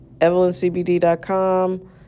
evelyncbd.com